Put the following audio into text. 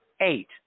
eight